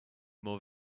more